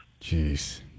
Jeez